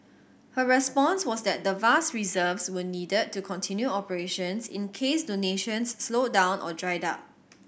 her response was that the vast reserves were needed to continue operations in case donations slowed down or dried up